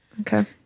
Okay